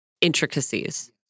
intricacies